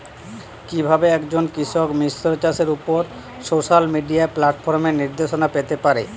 কিভাবে একজন কৃষক মিশ্র চাষের উপর সোশ্যাল মিডিয়া প্ল্যাটফর্মে নির্দেশনা পেতে পারে?